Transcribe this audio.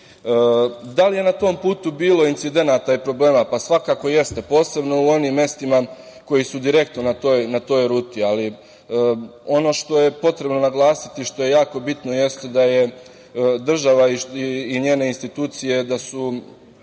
li je na tom putu bilo incidenata i problema? Svakako jeste, posebno u onim mestima koji su direktno na toj ruti, ali ono što je potrebno naglasiti što je jako bitno jeste da je država i njene institucije, da su